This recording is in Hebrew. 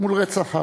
מול רצח הארמנים.